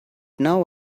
now